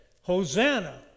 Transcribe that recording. Hosanna